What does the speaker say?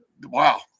wow